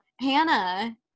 Hannah